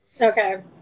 Okay